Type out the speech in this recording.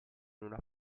una